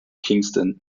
kingston